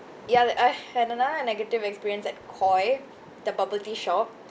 ya like I had another negative experience at Koi the bubble tea shop